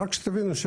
רק שתבינו,